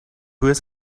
his